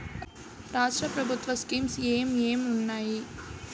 రాష్ట్రం ప్రభుత్వ స్కీమ్స్ ఎం ఎం ఉన్నాయి?